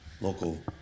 Local